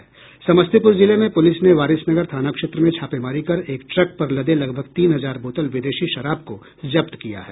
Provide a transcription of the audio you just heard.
समस्तीपुर जिले में पुलिस ने वारिसनगर थाना क्षेत्र में छापेमारी कर एक ट्रक पर लदे लगभग तीन हजार बोतल विदेशी शराब को जब्त किया है